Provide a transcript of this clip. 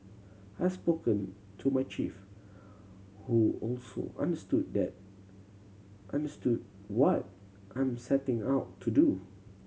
I spoken to my chief who also understood that understood what I'm setting out to do